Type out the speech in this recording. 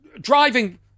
driving